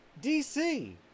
DC